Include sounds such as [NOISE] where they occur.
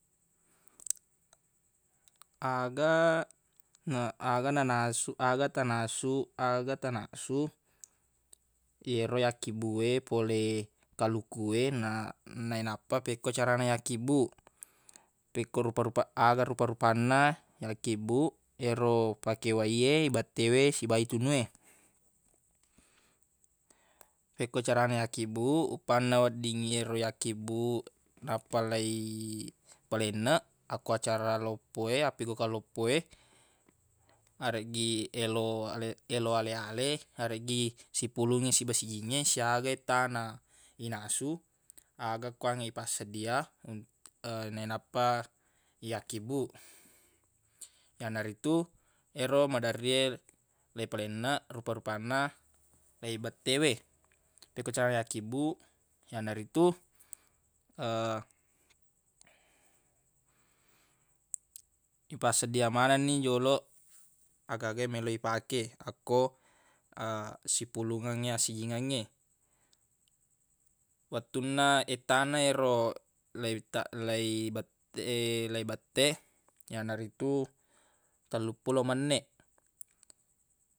[NOISE] Aga na- aga nanasu- aga tanasu aga tanasu yero yakkibuq we fole kaluku e na- nainappa fekko carana yakkibbuq pekko rupa-rupa aga rupa-rupanna yakkibbuq yero fake wai e bette we siba itunu e [NOISE] fekko carana yakkibbuq uppanna wedding yero yakkibbuq [NOISE] nappa leipalenneq akko acara loppo e appigaukeng loppo e areggi elo ale- elo ale-ale areggi sippulungngi siba sijingnge siaga ettana inasu aga kuangnge ipassedia [HESITATION] naenappa yakkibbuq yanaritu ero maderri e leipalenneq rupa-rupanna leibette we [NOISE] pekko cara yakkibbuq yanaritu [HESITATION] ipassedia manenni joloq agaga e meloq ifake akko [HESITATION] sipulungengngi assijingengnge wettunna ettana yero leita- leibet- leibette yanaritu telluppulo menneq.